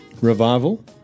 Revival